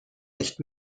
nicht